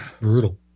brutal